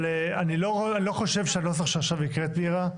אבל אני לא חושב שהנוסח שעכשיו הקראת, מירה,